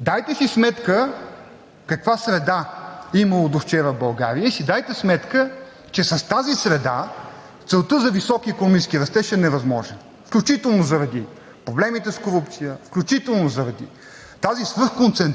дайте си сметка каква среда е имало довчера в България и си дайте сметка, че с тази среда целта за високия икономически растеж е невъзможен, включително заради проблемите с корупция, включително заради